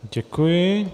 Děkuji.